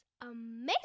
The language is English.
amazing